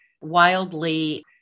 wildly